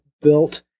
built